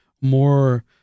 more